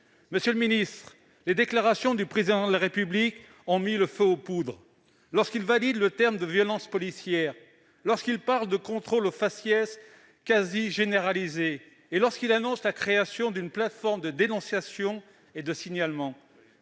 Monsieur le ministre, les déclarations du Président de la République ont mis le feu aux poudres, lorsqu'il a validé l'expression « violences policières », parlé de « contrôles au faciès » quasi généralisés et annoncé la création d'une plateforme de dénonciation et de signalement.